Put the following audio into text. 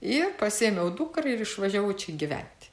ir pasiėmiau dukrą ir išvažiavau čia gyventi